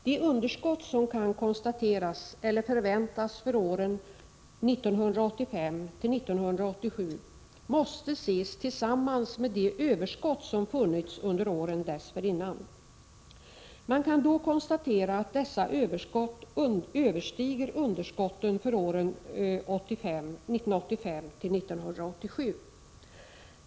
De underskott som kan konstateras eller förväntas för åren 1985 till 1987 måste ses tillsammans med de överskott som funnits under åren dessförinnan. Man kan då konstatera att dessa överskott överstiger underskotten för åren 1985 till 1987.